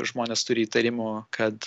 žmonės turi įtarimų kad